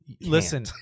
Listen